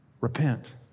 Repent